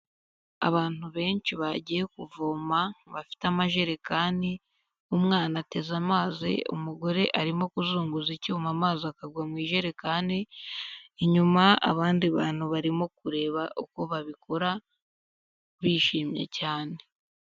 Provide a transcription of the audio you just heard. Abantu benshi bagiye kuvoma bafite amajerekani, umwana ateze amazi, umugore arimo kuzunguza icyuma amazi akagwa mu ijerekani, inyuma abandi bantu barimo kureba uko babikora bishimye cyane.